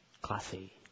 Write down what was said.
Classy